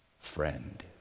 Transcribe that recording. Friend